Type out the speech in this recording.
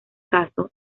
caso